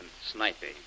sniping